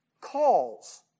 calls